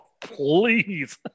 please